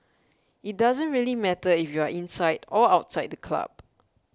it doesn't really matter if you are inside or outside the club